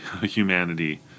humanity